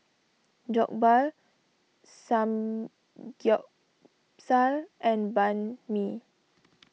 Jokbal Samgyeopsal and Banh Mi